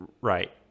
right